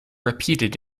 repeated